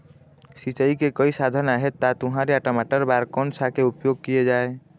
सिचाई के कई साधन आहे ता तुंहर या टमाटर बार कोन सा के उपयोग किए जाए?